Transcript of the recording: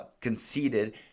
conceded